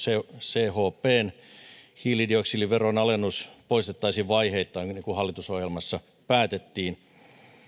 chpn hiilidioksidiveron alennus poistettaisiin vaiheittain niin kuin hallitusohjelmassa päätettiin